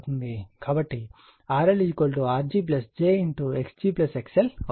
కాబట్టి RL Rg j x g XL అవుతుంది